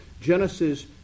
Genesis